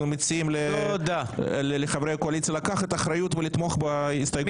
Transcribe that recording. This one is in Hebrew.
מציעים לחברי הקואליציה לקחת אחריות ולתמוך בהסתייגות הזאת.